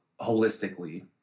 holistically